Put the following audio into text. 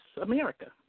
America